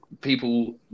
People